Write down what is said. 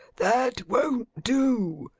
that won't do.